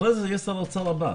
אחרי זה יהיה שר אוצר הבא.